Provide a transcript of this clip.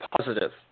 positive